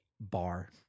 bar